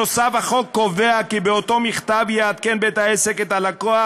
נוסף על כך החוק קובע כי באותו מכתב יעדכן בית-העסק את הלקוח